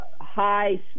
high